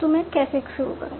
तो मैं कैसे शुरू करूँ